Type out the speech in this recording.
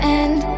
end